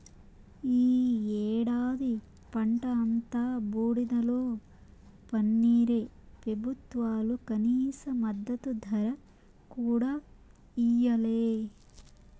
ఈ ఏడాది పంట అంతా బూడిదలో పన్నీరే పెబుత్వాలు కనీస మద్దతు ధర కూడా ఇయ్యలే